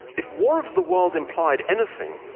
if war of the world implied anything,